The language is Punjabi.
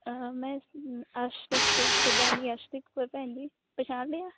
ਮੈਂ ਅਰਸ਼ਦੀਪ ਕੌਰ ਸਰਦਾਰਨੀ ਅਰਸ਼ਦੀਪ ਕੌਰ ਭੈਣ ਜੀ ਪਛਾਣ ਲਿਆ